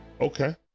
Okay